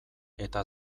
eta